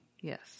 Yes